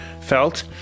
felt